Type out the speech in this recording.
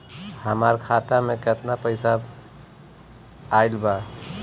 हमार खाता मे केतना पईसा आइल बा?